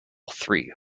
three